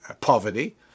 poverty